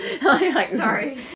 sorry